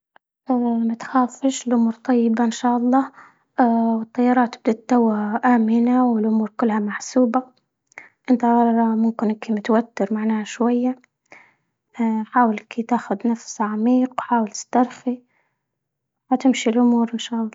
اه ما تخافش الأمور طيبة إن شاء الله، اه والطيارة تبدا توها امنة والأمور كلها محسوبة، أنت ممكن أنت متوتر معناها شوية، اه حاولي تاخد نفس عميق وحاولي تسترخي وحتمشي الامور إن شاء الله.